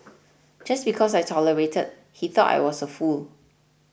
just because I tolerated he thought I was a fool